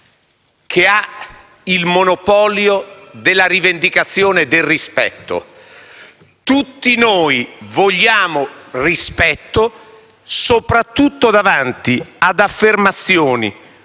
che ha il monopolio della rivendicazione del rispetto. Tutti noi vogliamo rispetto, soprattutto davanti ad affermazioni